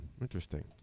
Interesting